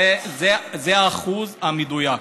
זה האחוז המדויק,